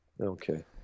Okay